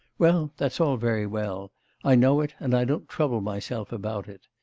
well, that's all very well i know it, and i don't trouble myself about it.